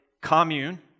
commune